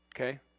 Okay